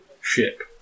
ship